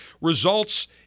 results